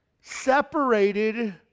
separated